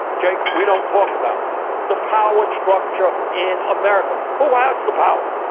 jake. we don't talk about the power structure in america. who ah has the power?